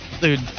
Dude